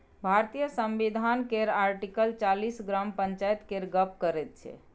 भारतीय संविधान केर आर्टिकल चालीस ग्राम पंचायत केर गप्प करैत छै